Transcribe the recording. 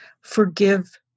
Forgive